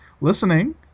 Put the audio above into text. listening